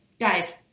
Guys